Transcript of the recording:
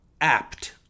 apt